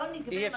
מה נגבה.